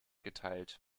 geteilt